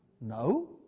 No